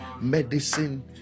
medicine